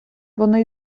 вони